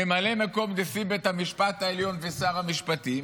ממלא מקום נשיא בית המשפט העליון ושר המשפטים?